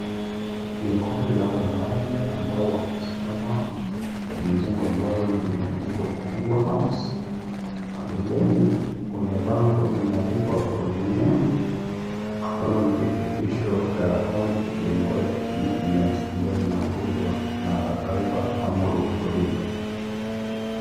Ni kindi la wanaume ambao wamesmma, kwenye jengo ambalo limeandikwa, (cs)chungwa house(cs), na mbeleni, kuna bango limeandikwa ODM, ambalo ni kifupisho cha (cs)Orange Democratic Movement(ca), ambalo linaongozwa, na, Raila, Amolo, Odinga.